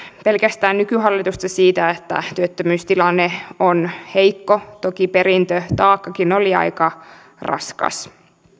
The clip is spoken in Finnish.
pelkästään nykyhallitusta siitä että työttömyystilanne on heikko toki perintötaakkakin oli aika raskas